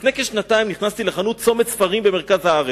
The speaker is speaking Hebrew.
לפני כשנתיים נכנסתי לחנות "צומת ספרים" במרכז הארץ.